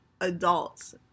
adults